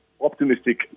optimistic